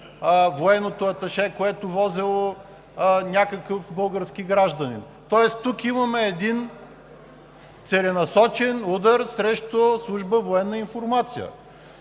военното аташе, което возело някакъв български гражданин, тоест тук имаме целенасочен удар срещу Служба „Военна информация“.